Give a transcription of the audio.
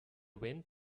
wind